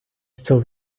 still